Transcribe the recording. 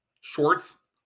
shorts